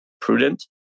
prudent